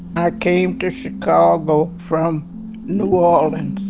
i came to chicago from new orleans